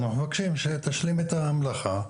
אנחנו מבקשים שתשלים את המלאכה.